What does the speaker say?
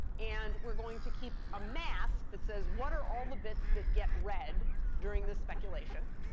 and we're going to keep a mask that says, what are all the bits that get read during the speculation?